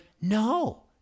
no